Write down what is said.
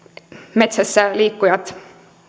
metsässä liikkujat